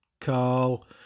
Carl